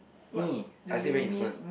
me I still very innocent